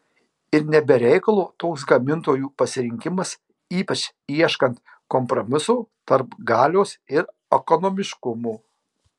ir ne be reikalo toks gamintojų pasirinkimas ypač ieškant kompromiso tarp galios ir ekonomiškumo